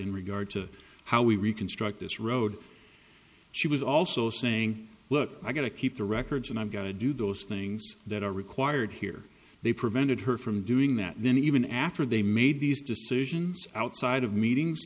in regard to how we reconstruct this road she was also saying look i got to keep the records and i've got to do those things that are required here they prevented her from doing that and then even after they made these decisions outside of meetings